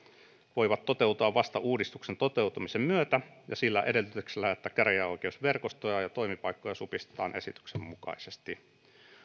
voivat toteutua vasta uudistuksen toteutumisen myötä ja sillä edellytyksellä että käräjäoikeusverkostoa ja toimipaikkoja supistetaan esityksen mukaisesti